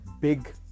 big